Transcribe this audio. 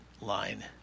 line